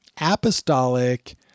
apostolic